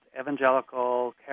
evangelical